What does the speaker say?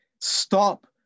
stop